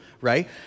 right